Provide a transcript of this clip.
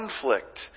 conflict